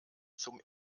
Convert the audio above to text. zum